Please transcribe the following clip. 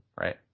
right